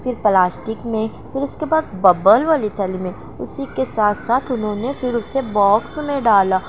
پھر پلاسٹک میں پھر اس کے بعد ببل والی تھیلی میں اسی کے ساتھ ساتھ انہوں نے پھر اسے باکس میں ڈالا